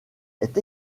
est